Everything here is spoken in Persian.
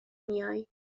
میائی